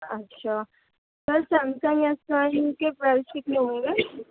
اچھا sir Samsung S one کے price کتنے ہوں گے